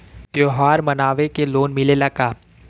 त्योहार मनावे के लोन मिलेला का?